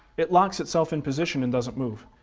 it locks itself in position and doesn't move,